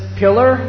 pillar